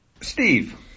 Steve